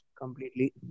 Completely